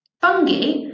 Fungi